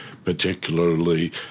particularly